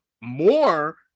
more